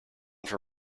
for